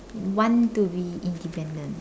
want to be independent